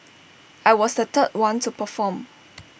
I was the third one to perform